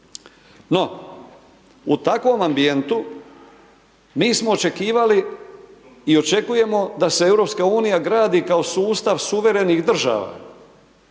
No, u takvom ambijentu, mi smo očekivali i očekujemo da se EU gradi kao sustav suvremenih država.